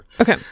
Okay